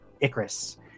Icarus